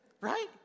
right